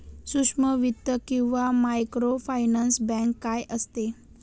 सूक्ष्म वित्त किंवा मायक्रोफायनान्स बँक काय असते?